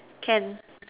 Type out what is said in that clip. can